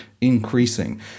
increasing